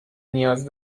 نیاز